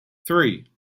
three